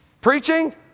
Preaching